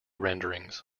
renderings